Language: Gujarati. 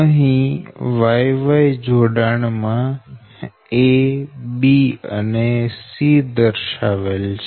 અહી Y Y જોડાણ માં A B અને C દર્શાવેલ છે